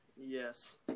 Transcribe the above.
Yes